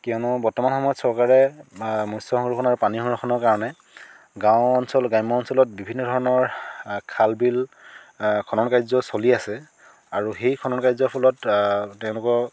কিয়নো বৰ্তমান সময়ত চৰকাৰে মৎস সংৰক্ষণ আৰু পানী সংৰক্ষণৰ কাৰণে গাওঁ অঞ্চল গ্ৰাম্য অঞ্চলত বিভিন্ন ধৰণৰ খাল বিল খনন কাৰ্য চলি আছে আৰু সেই খনন কাৰ্য্যৰ ফলত তেওঁলোকৰ